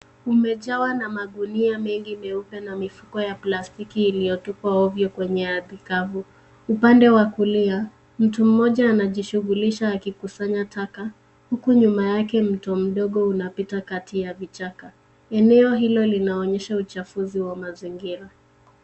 Umejawa na magunia mengi meupe na mifuko ya plastiki iliyotupwa ovyo kwenye ardhi kavu. Upande wa kulia mtu, mmoja anajishughulisha akikusanya taka huku nyuma yake mto mdogo unapita kati ya vichaka. Eneo hilo linaonyesha uchafuzi wa mazingira.